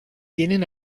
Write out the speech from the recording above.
tienen